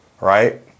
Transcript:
right